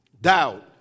doubt